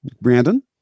Brandon